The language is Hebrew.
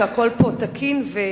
שהכול פה תקין?